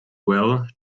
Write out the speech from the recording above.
well